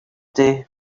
day